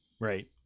Right